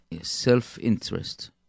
self-interest